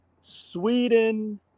Sweden